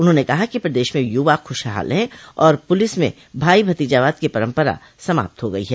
उन्होंने कहा कि प्रदेश में यूवा खूशहाल है और प्रलिस में भाई भतीजावाद की परम्परा समाप्त हो गई है